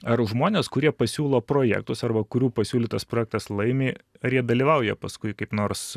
ar žmonės kurie pasiūlo projektus arba kurių pasiūlytas projektas laimi ar jie dalyvauja paskui kaip nors